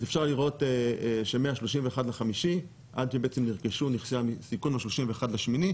אז אפשר לראות שמה-31 במאי עד שבעצם נרכשו נכסי הסיכון ב-31 באוגוסט,